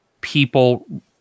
people